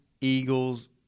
Eagles